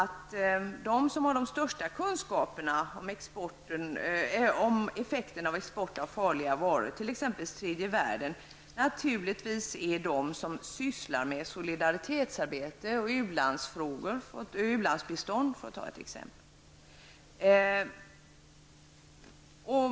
Till dem som har de största kunskaperna om effekten av export av farliga varor till exempelvis tredje världen, hör naturligtvis de som arbetar med solidaritetsarbete och u-landsbistånd.